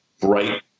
bright